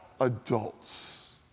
adults